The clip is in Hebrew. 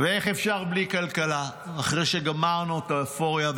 ואיך אפשר בלי כלכלה, אחרי שגמרנו את האופוריה?